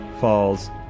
falls